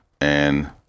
and-